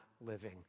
living